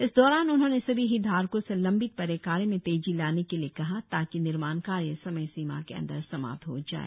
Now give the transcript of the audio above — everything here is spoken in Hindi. इस दौरान उन्होंने सभी हितधारकों से लंबित पड़े कार्य में तेजी लाने के लिए कहा ताकि निर्माण कार्य समय सीमा के अंदर समाप्त हो जाए